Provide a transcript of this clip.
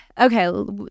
okay